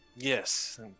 Yes